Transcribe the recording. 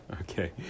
Okay